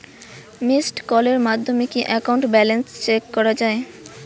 Missed কলের মাধ্যমে কি একাউন্ট ব্যালেন্স চেক করা যায়?